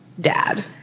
dad